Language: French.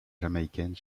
jamaïcaine